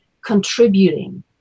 contributing